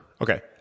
Okay